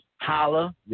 holla